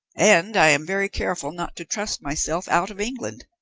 and i am very careful not to trust myself out of england.